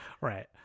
Right